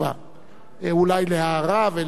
אולי להערה ולתמריץ.